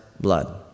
blood